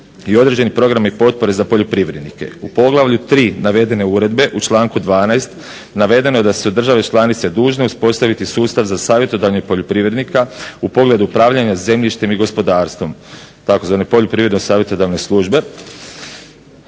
i određenih programa i potpore za poljoprivrednike. U poglavlju tri navedene uredbe u članku 12. Navedeno je da su države članice dužne uspostaviti sustav za savjetovanje poljoprivrednika u pogledu upravljanja zemljištem i gospodarstvom, tzv. poljoprivredno-savjetodavne službe.